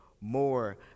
more